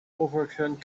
overturned